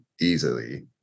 easily